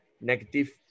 negative